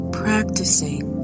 practicing